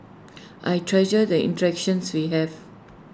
I treasure the interactions we have